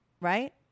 Right